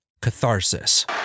catharsis